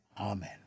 Amen